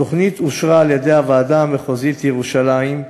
התוכנית אושרה על-ידי הוועדה המחוזית ירושלים,